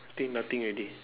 think nothing already